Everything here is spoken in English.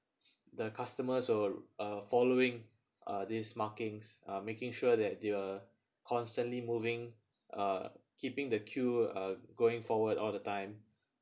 the customers were uh following uh these markings uh making sure that they are constantly moving uh keeping the queue uh going forward all the time